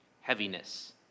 heaviness